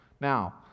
Now